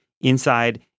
inside